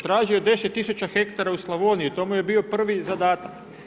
Tražio je 10000 hektara u Slavoniji, to mu je bio prvi zadatak.